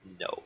No